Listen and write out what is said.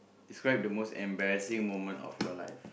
describe the most embarrassing moment of your life